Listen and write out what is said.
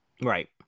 Right